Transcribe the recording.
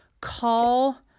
call